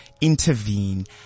intervene